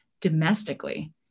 domestically